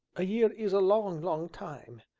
a year is a long, long time,